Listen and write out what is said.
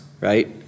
right